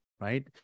right